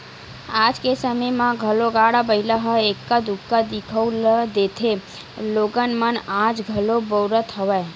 आज के समे म घलो गाड़ा बइला ह एक्का दूक्का दिखउल देथे लोगन मन आज घलो बउरत हवय